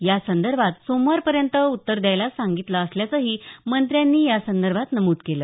या संदर्भात सोमवारपर्यंत उत्तर द्यायला सांगीतलं असल्याचंही मंत्र्यांनी यासंदर्भात नमुद केलं